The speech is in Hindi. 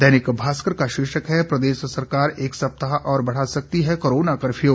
दैनिक भास्कर का शीर्षक है प्रदेश सरकार एक सप्ताह और बढ़ा सकती है कोरोना कफर्यू